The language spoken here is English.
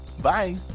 Bye